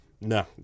no